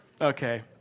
Okay